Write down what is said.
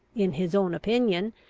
in his own opinion,